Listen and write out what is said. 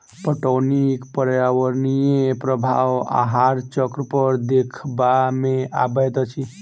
पटौनीक पर्यावरणीय प्रभाव आहार चक्र पर देखबा मे अबैत अछि